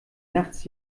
nachts